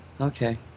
Okay